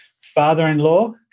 father-in-law